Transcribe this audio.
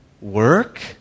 Work